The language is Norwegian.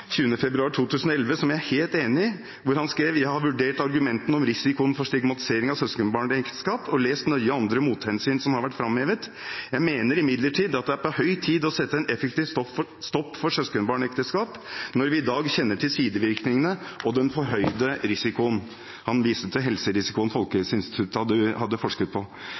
20. februar 2011, som jeg er helt enig i, hvor han skrev: «Jeg har vurdert argumentene om risikoen for stigmatisering av søskenbarnekteskap og lest nøye andre mothensyn som har vært fremhevet. Jeg mener imidlertid at det er på høy tid å sette en effektiv stopp for søskenbarnekteskap når vi i dag kjenner til sidevirkningene og den forhøyede risikoen.» Han viste til helserisikoen Folkehelseinstituttet hadde forsket på.